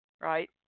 Right